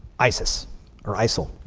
isis or isil.